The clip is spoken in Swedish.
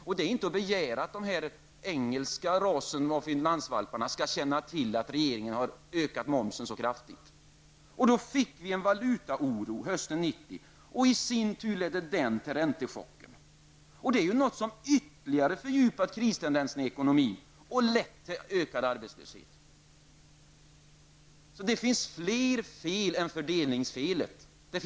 Man kan inte begära att den engelska rasen av finansvalparna skall känna till att regeringen har ökat momsen så kraftigt. Detta bidrog till en valutaoro hösten 1990, som i sin tur ledde till räntechocken. Det har ytterligare fördjupat kristendensen i ekonomin och lett till ökad arbetslöshet. Det finns fler fel än fördelningsfelet.